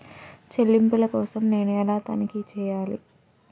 చెల్లింపుల కోసం నేను ఎలా తనిఖీ చేయాలి?